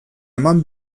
eman